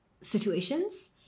situations